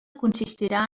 consistirà